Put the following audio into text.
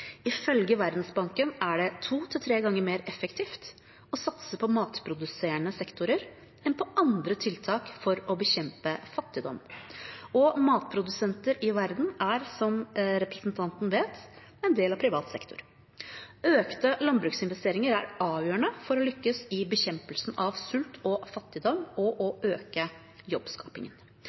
Ifølge Verdensbanken er det to til tre ganger mer effektivt å satse på matproduserende sektorer enn på andre tiltak for å bekjempe fattigdom. Matprodusenter i verden er, som representanten vet, en del av privat sektor. Økte landbruksinvesteringer er avgjørende for å lykkes i bekjempelsen av sult og fattigdom og øke jobbskapingen.